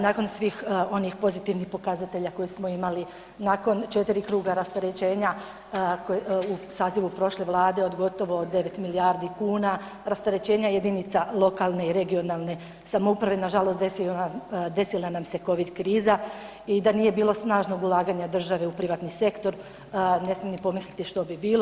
Nakon svih onih pozitivnih pokazatelja koje smo imali nakon 4 kruga rasterećenja u sazivu prošle Vlade od gotovo 9 milijardi kuna, rasterećenja jedinica lokalne i regionalne samouprave, nažalost desila nam se Covid kriza i da nije bilo snažnog ulaganja države u privatni sektor, ne smijem ni pomisliti što bi bilo.